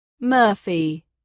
Murphy